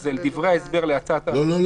אז אל דברי ההסבר להצעת --- לא,